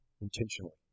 intentionally